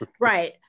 Right